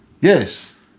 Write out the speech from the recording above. Yes